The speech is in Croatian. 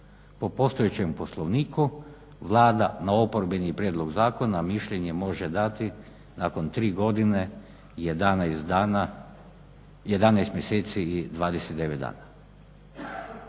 Po postojećem Poslovniku Vlada na oporbeni prijedlog zakona mišljenje može dati nakon 3 godine, 11 mjeseci i 29 dana.